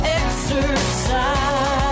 exercise